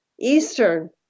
Eastern